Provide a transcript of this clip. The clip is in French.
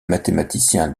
mathématicien